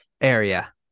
Area